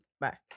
Bye